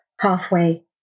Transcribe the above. halfway